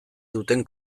duten